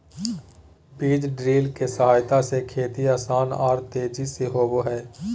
बीज ड्रिल के सहायता से खेती आसान आर तेजी से होबई हई